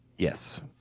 Yes